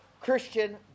christian